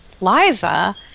Liza